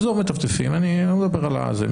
עזוב מטפטפים, אני לא מדבר על זה.